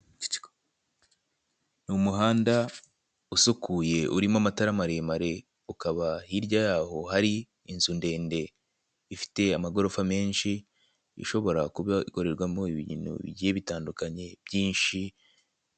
Umuhanda isukuye urimo amatara maremare, ukaba hirya yaho hari inzu ndende ifite amagorofa menshi, ishobora kuba ikorerwamo ibintu bigiye bitandukanye.